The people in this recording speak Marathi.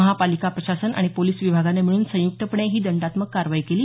महापालिका प्रशासन आणि पोलिस विभागाने मिळून संयुक्तपणे ही दंडात्मक कारवाई केली